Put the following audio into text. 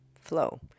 flow